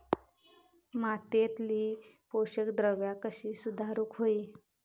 मातीयेतली पोषकद्रव्या कशी सुधारुक होई?